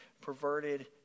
perverted